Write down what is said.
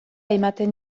ematen